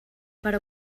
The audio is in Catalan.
però